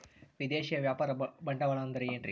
ವಿದೇಶಿಯ ವ್ಯಾಪಾರ ಬಂಡವಾಳ ಅಂದರೆ ಏನ್ರಿ?